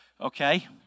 Okay